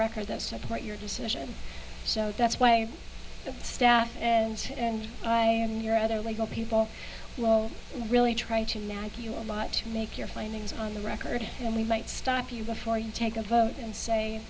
record that support your decision so that's why the staff and i and your other legal people will really try to nag you a lot to make your findings on the record and we might stop you before you take a vote and say